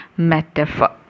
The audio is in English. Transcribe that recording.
metaphor